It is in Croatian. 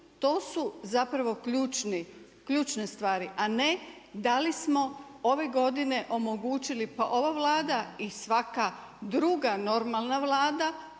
To su ključne stvari, a ne da li smo ove godine omogućili. Pa ova Vlada i svaka druga normalna vlada